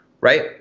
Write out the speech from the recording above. Right